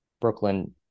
Brooklyn